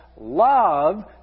love